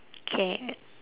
K